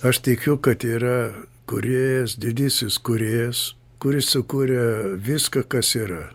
aš tikiu kad yra kūrėjas didysis kūrėjas kuris sukurė viską kas yra